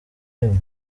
rimwe